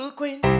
queen